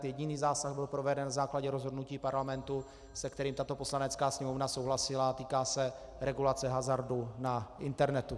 Jediný zásah byl proveden na základě rozhodnutí Parlamentu, se kterým tato Poslanecká sněmovna souhlasila, a týká se regulace hazardu na internetu.